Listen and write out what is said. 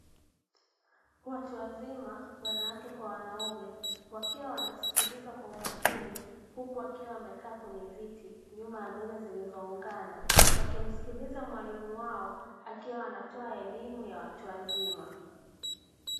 Watu wazima (wanawake kwa wanaume) wakiwa wanasikiliza kwa umakini, huku wakiwa wamekaa kwenye viti nyuma ya meza zilizoungana, wakimsikiliza mwalimu wao akiwa anatoa elimu ya watu wazima.